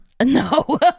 no